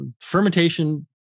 fermentation